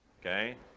Okay